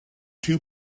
two